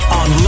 on